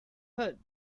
hood